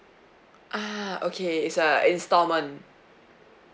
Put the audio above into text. ah okay is uh installment